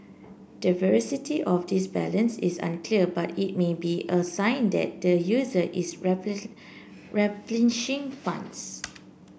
the veracity of this balance is unclear but it may be a sign that the user is replenishing funds